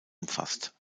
umfasst